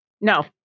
No